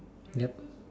yup